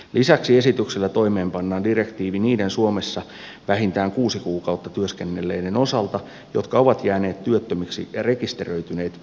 lisäksi esityksellä toimeenpannaan direktiivi niiden suomessa vähintään kuusi kuukautta työskennelleiden osalta jotka ovat jääneet työttömiksi ja rekisteröityneet työnhakijoiksi